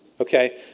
Okay